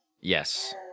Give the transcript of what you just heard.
Yes